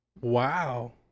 Wow